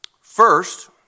First